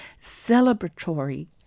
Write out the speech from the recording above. celebratory